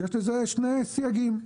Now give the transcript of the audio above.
ויש לזה שני סייגים: